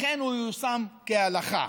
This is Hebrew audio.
אכן הוא ייושם כהלכה.